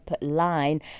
line